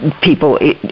people